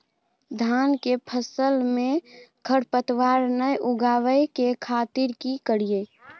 धान के फसल में खरपतवार नय उगय के खातिर की करियै?